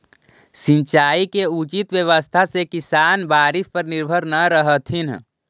सिंचाई के उचित व्यवस्था से किसान बारिश पर निर्भर न रहतथिन